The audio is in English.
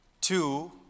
Two